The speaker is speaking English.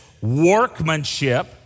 workmanship